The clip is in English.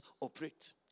operate